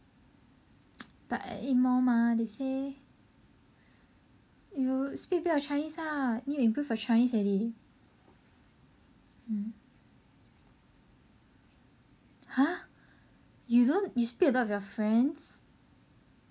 but I need more mah they say you speak a bit of chinese lah need improve your chinese already mmhmm !huh! you don't you speak a lot with your friends